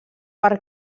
per